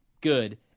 good